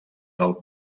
del